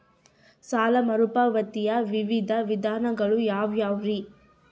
ಸಾಲ ಮರುಪಾವತಿಯ ವಿವಿಧ ವಿಧಾನಗಳು ಯಾವ್ಯಾವುರಿ?